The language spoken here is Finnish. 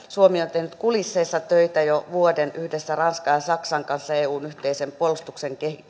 suomi on tehnyt kulisseissa töitä jo vuoden yhdessä ranskan ja saksan kanssa eun yhteisen puolustuksen